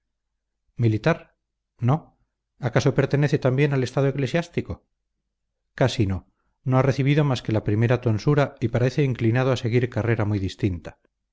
militar no acaso pertenece también al estado eclesiástico casi no no ha recibido más que la primera tonsura y parece inclinado a seguir carrera muy distinta